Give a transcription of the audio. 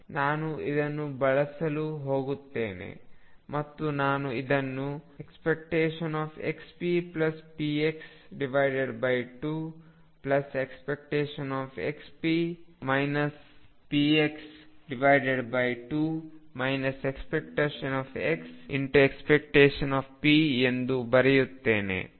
ನಾನು ಇದನ್ನು ಬಳಸಲು ಹೋಗುತ್ತೇನೆ ಮತ್ತು ನಾನು ಇದನ್ನು ⟨xppx⟩2⟨xp px⟩2 ⟨x⟩⟨p⟩ ಎಂದು ಬರೆಯುತ್ತೇನೆ